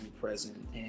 present